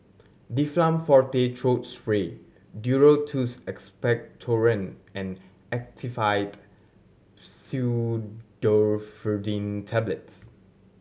Difflam Forte Throat Spray Duro Tuss Expectorant and Actifed Pseudoephedrine Tablets